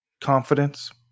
confidence